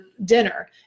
dinner